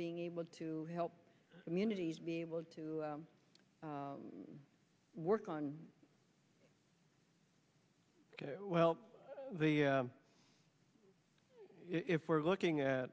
being able to help communities be able to work on well the if we're looking at